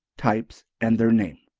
types and their name.